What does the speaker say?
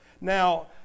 Now